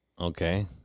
Okay